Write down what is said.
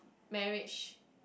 marriage